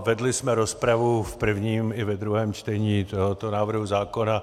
Vedli jsme rozpravu v prvním i ve druhém čtení tohoto návrhu zákona.